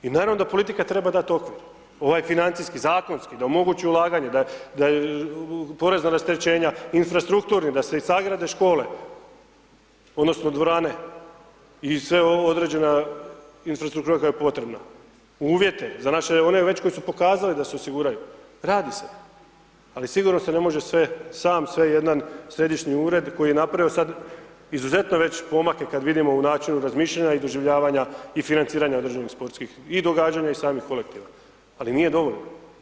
I naravno da politika treba dat okvir, ovaj financijski, zakonski, da omogući ulaganja, daje porezno rasterećenja, infrastrukturni, da se i sagrade škole odnosno dvorane i sve ovo određena infrastruktura koja je potrebna, uvjete za naše one već koji su pokazali da se osiguraju, radi se, ali sigurno se ne može sve, sam sve jedan središnji ured koji je napravio sad izuzetno već pomake kad vidimo u načinu razmišljanja i doživljavanja i financiranja određenih sportskih, i događanja i samih kolektiva, ali nije dovoljno.